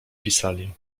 pisali